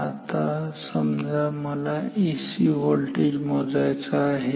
आता समजा मला एसी व्होल्टेज मोजायचा आहे